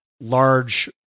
large